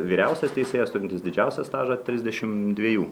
vyriausias teisėjas turintis didžiausią stažą trisdešimt dviejų